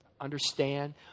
understand